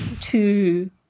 Two